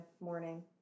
morning